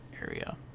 area